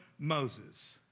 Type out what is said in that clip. Moses